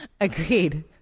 Agreed